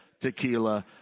tequila